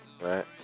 Right